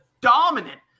dominant –